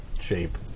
shape